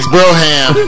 Broham